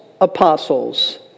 apostles